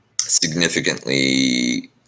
significantly